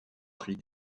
prix